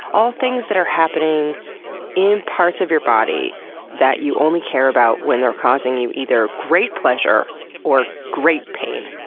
all things that are happening in parts of your body that you only care about when they're causing you either great pleasure or great pain.